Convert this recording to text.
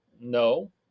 No